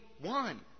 one